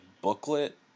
booklet